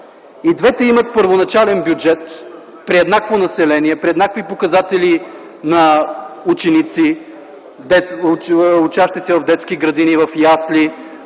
И двете имат първоначален бюджет при еднакво население, при еднакви показатели на ученици, участници в детски градини, в ясли,